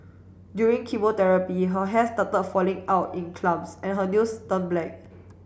during chemotherapy her hair start falling out in clumps and her nails turn black